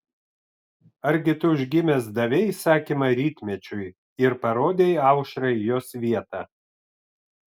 argi tu užgimęs davei įsakymą rytmečiui ir parodei aušrai jos vietą